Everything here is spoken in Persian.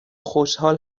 خوشحال